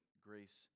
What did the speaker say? Grace